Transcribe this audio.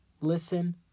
listen